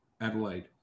Adelaide